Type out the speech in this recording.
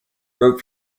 wrote